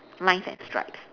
lines and stripes